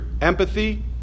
empathy